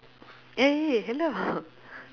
eh eh hello